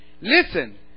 Listen